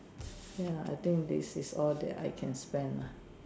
ya I think this is all that I can spend lah